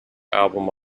album